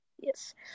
Yes